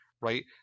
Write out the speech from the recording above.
right